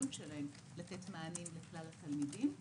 המסוגלות שלהם לתת מענים לכלל התלמידים;